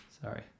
Sorry